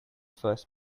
first